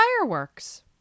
fireworks